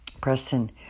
Preston